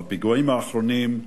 מהפיגועים האחרונים,